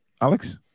Alex